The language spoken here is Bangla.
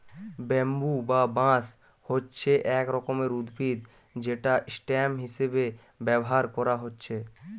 ব্যাম্বু বা বাঁশ হচ্ছে এক রকমের উদ্ভিদ যেটা স্টেম হিসাবে ব্যাভার কোরা হচ্ছে